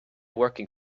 working